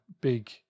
big